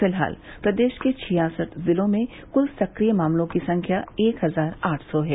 फिलहाल प्रदेश के छियासठ जिलों में क्ल सक्रिय मामलों की संख्या एक हजार आठ सौ है